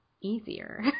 easier